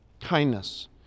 kindness